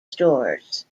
stores